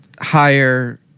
higher